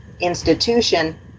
institution